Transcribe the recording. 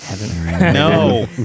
No